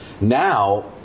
Now